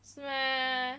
是 meh